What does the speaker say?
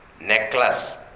...necklace